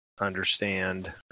understand